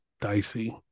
dicey